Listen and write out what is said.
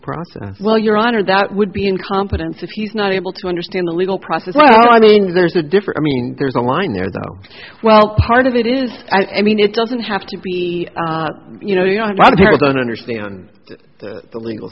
process well your honor that would be incompetence if he's not able to understand the legal process well i mean there's a different meaning there's a line there the well part of it is i mean it doesn't have to be you know you know a lot of people don't understand the legal